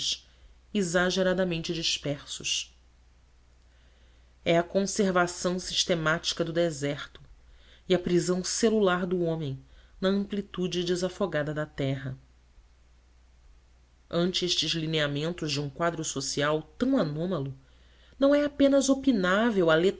exageradamente dispersos é a conservação sistemática do deserto e a prisão celular do homem na amplitude desafogada da terra ante estes lineamentos de um quadro social tão anômalo não é apenas